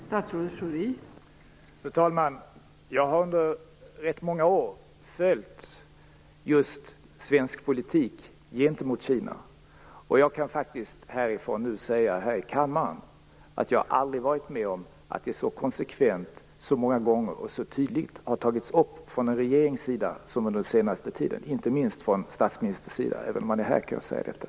Fru talman! Jag har under rätt många år följt just svensk politik gentemot Kina. Jag kan faktiskt säga att jag aldrig varit med om att detta så konsekvent, så många gånger och så tydligt tagits upp från regeringens sida som under den senaste tiden, inte minst från statsministerns sida. Även om han själv är här kan jag säga detta.